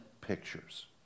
pictures